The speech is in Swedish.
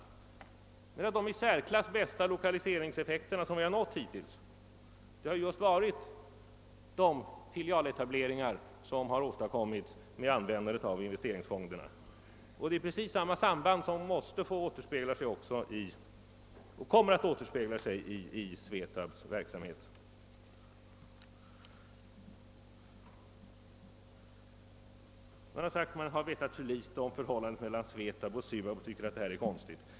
De i särklass bästa lokaliseringseffekterna har vi hittills nått just genom de filialetableringar som har kunnat åstadkommas med användande av investeringsfonderna, och det är precis samma samband som återspeglas och kommer att återspeglas i SVETAB:s verksamhet. Man har sagt att man har vetat alltför litet om förhållandena mellan SVETAB och SUAB och tycker att detta är konstigt.